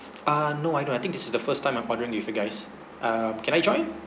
ah no I don't I think this is the first time I'm partnering with you guys um can I join